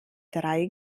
drei